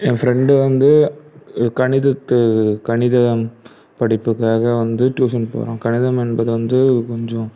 என் friend வந்து கணிதத்து கணிதம் படிப்புக்காக வந்து டியூஷன் போகிறான் கணிதம் என்பது வந்து கொஞ்சோம்